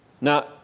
Now